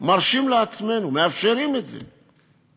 מרשים לעצמנו, מאפשרים את זה.